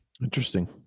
interesting